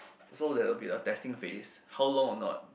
so there will be a testing phase how long or not